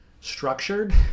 structured